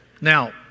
Now